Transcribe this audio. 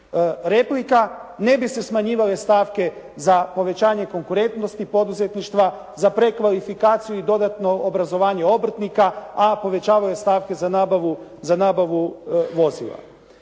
replika. Ne bi se smanjivale stavke za povećanje konkurentnosti poduzetništva, za prekvalifikaciju i dodatno obrazovanje obrtnika, a povećavale stavke za nabavu vozila.